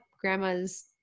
grandma's